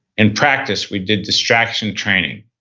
in practice, we did distraction training.